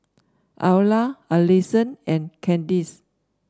Ayla Allisson and Candice